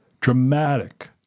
dramatic